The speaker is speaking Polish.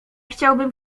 chciałbym